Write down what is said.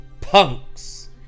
punks